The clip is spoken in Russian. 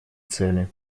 цели